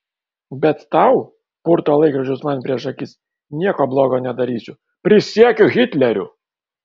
bet tau purto laikrodžius man prieš akis nieko blogo nedarysiu prisiekiu hitleriu